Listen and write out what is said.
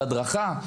הדרכה.